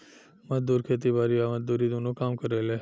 मजदूर खेती बारी आ मजदूरी दुनो काम करेले